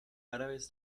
árabes